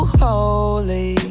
holy